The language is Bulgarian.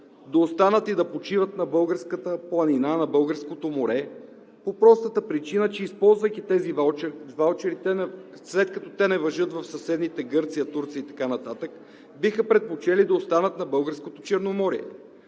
да останат и да почиват на българската планина, на българското море по простата причина, че използвайки тези ваучери, след като те не важат в съседните Гърция, Турция и така нататък, биха предпочели да останат на Българското Черноморие.